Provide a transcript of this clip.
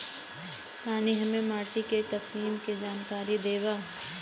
तनि हमें माटी के किसीम के जानकारी देबा?